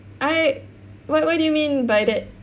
I wha~ what do you mean by that